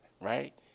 right